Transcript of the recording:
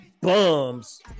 bums